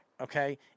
Okay